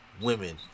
women